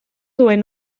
duen